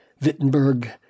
Wittenberg